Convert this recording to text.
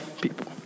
people